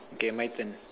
okay my turn